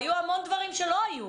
היו המון דברים שלא היו.